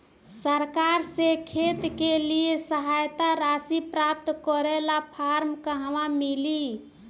सरकार से खेत के लिए सहायता राशि प्राप्त करे ला फार्म कहवा मिली?